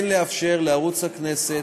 כן לאפשר לערוץ הכנסת,